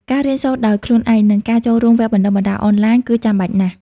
ការរៀនសូត្រដោយខ្លួនឯង និងការចូលរួមវគ្គបណ្តុះបណ្តាលអនឡាញ គឺចាំបាច់ណាស់។